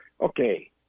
Okay